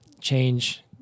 change